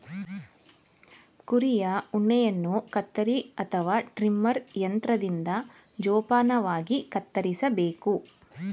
ಕುರಿಯ ಉಣ್ಣೆಯನ್ನು ಕತ್ತರಿ ಅಥವಾ ಟ್ರಿಮರ್ ಯಂತ್ರದಿಂದ ಜೋಪಾನವಾಗಿ ಕತ್ತರಿಸಬೇಕು